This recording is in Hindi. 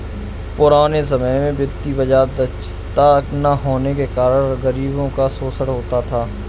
पुराने समय में वित्तीय बाजार दक्षता न होने के कारण गरीबों का शोषण होता था